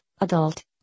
adult